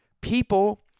People